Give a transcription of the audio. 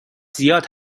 زیاد